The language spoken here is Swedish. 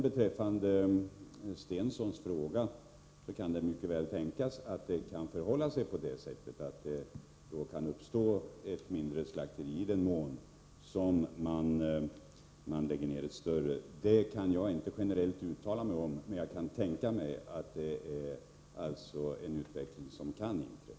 Beträffande Börje Stenssons fråga vill jag säga följande. Det kan mycket väl tänkas att det förhåller sig på det sättet att det kan uppstå ett mindre slakteri om man lägger ned ett större slakteri. Det kan jag inte generellt uttala mig om, men jag kan tänka mig att det är en utveckling som kan inträffa.